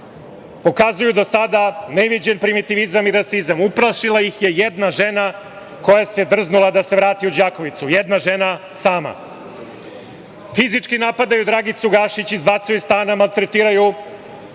pokazuju do sada neviđen primitivizam i rasizam. Uplašila ih je jedna žena koja se drznula da se vrati u Đakovicu, jedna žena sama. Fizički napadaju Dragicu Gaši, izbacuju iz stana, maltretiraju,